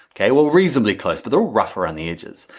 okay, well, reasonably close, but they're all rough around the edges.